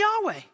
Yahweh